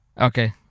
Okay